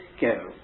go